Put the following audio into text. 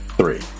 Three